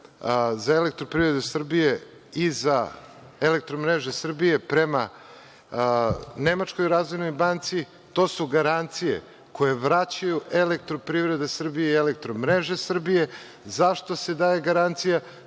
za „Elektroprivredu Srbije“ i za „Elektromreže Srbije“ prema Nemačkoj razvojnoj banci. To su garancije koje vraćaju „Elektroprivrede Srbije“ i „Elektromreže Srbije“. Zašto se daje garancija?